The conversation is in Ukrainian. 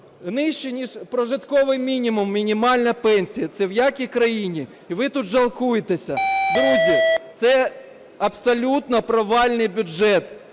Нижче ніж прожитковий мінімум – мінімальна пенсія, це в якій країні? І ви тут жалкуєтеся! Друзі, це абсолютно провальний бюджет,